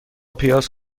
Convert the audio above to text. پیاز